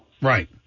right